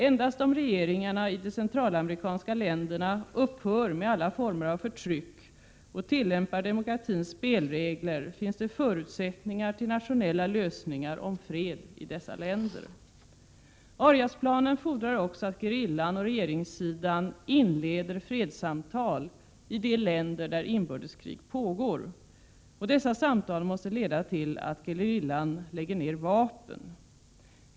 Endast om regeringarna i de centralamerikanska länderna upphör med alla former av förtryck och tillämpar demokratins spelregler, finns det förutsättningar till nationella lösningar om fred i dessa länder. Ariasplanen fordrar också att gerillan och regeringssidan inleder fredssamtali de länder där inbördeskrig pågår. Dessa samtal måste leda till att gerillan lägger ner vapnen.